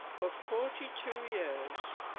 for forty two years,